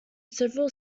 several